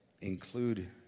include